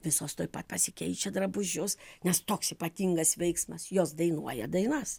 visos tuoj pat pasikeičia drabužius nes toks ypatingas veiksmas jos dainuoja dainas